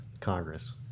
Congress